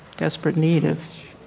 desperate need of